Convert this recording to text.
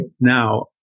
Now